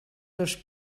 dos